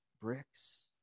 Bricks